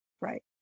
right